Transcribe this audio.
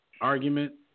argument